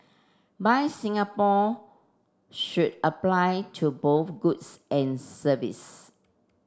buy Singapore should apply to both goods and service